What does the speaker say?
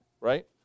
right